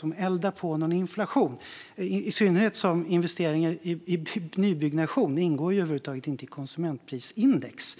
Det är nog inget som eldar på någon inflation, i synnerhet inte som investeringar i nybyggnation över huvud taget inte ingår i konsumentprisindex,